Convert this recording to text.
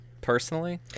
personally